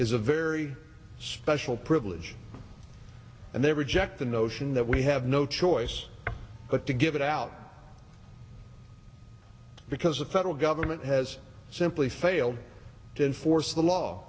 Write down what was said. is a very special privilege and they reject the notion that we have no choice but to give it out because the federal government has simply failed to enforce the law